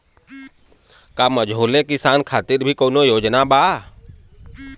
का मझोले किसान खातिर भी कौनो योजना बा?